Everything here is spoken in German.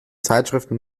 zeitschriften